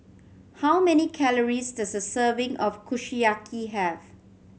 how many calories does a serving of Kushiyaki have